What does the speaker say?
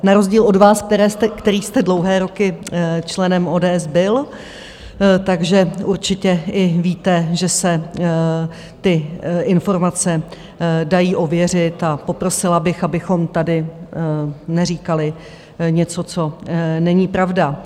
Na rozdíl od vás, který jste dlouhé roky členem ODS byl, takže určitě i víte, že se ty informace dají ověřit, a poprosila bych, abychom tady neříkali něco, co není pravda.